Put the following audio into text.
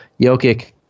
Jokic